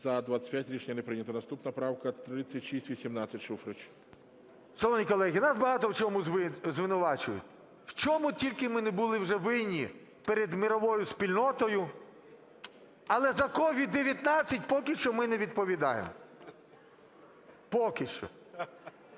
За-25 Рішення не прийнято. Наступна правка 3618, Шуфрич. 21:30:09 ШУФРИЧ Н.І. Шановні колеги, нас багато в чому звинувачують. В чому тільки ми не були вже винні перед мировой спільнотою, але за COVID-19 поки що ми не відповідаємо. Поки що.